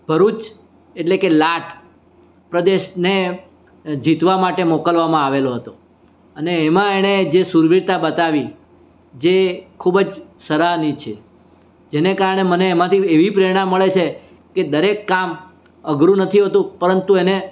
ભરુચ એટલે કે લાટ પ્રદેશને જીતવા માટે મોકલવામાં આવેલો હતો અને એમા એણે જે શૂરવીરતા બતાવી જે ખૂબ જ સરાહનીય છે જેને કારણે મને એમાંથી એવી પ્રેરણા મળે છે કે દરેક કામ અઘરું નથી હોતું પરંતુ એને